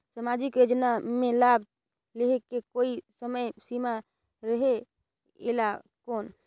समाजिक योजना मे लाभ लहे के कोई समय सीमा रहे एला कौन?